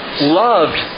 loved